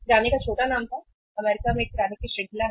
किराने का छोटा नाम था अमेरिका में एक किराने की श्रृंखला है